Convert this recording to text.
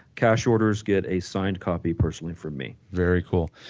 cash orders get a signed copy personally from me very cool.